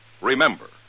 remember